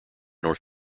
north